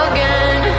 Again